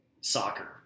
soccer